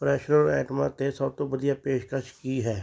freshener ਆਈਟਮਾਂ 'ਤੇ ਸਭ ਤੋਂ ਵਧੀਆ ਪੇਸ਼ਕਸ਼ ਕੀ ਹੈ